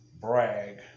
brag